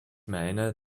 meine